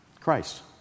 Christ